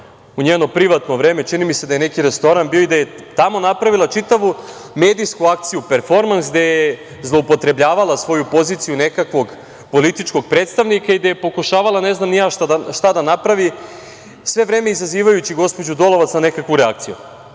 u njeno privatno vreme. Čini mi se da je bio neki privatni restoran i da je tamo napravila čitavu medijsku akciju, performans, gde je zloupotrebljavala svoju poziciju nekakvog političkog predstavnika i gde je pokušavala ne znam ni ja šta da napravi, sve vreme izazivajući gospođu Dolova, na nekakvu reakciju. Nažalost,